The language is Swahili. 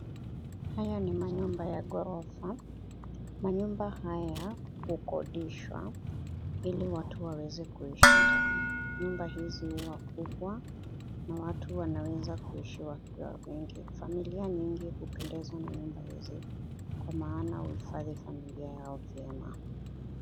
Haya ni manyumba ya gorofa. Manyumba haya hukodishwa ili watu waweze kuishi ndani. Nyumba hizi huu kubwa na watu wanaweza kuishi wakiwa wengi, familia nyingi hupendeshwaa manyumba hizi kwa maana hufadhi familia yao vyema.